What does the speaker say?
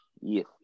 Yes